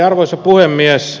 arvoisa puhemies